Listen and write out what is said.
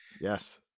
Yes